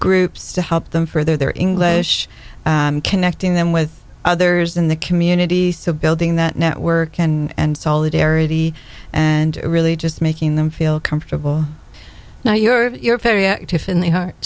groups to help them further their english connecting them with others in the community so building that network and solidarity and really just making them feel comfortable now you're very active in the heart